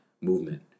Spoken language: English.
movement